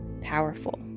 powerful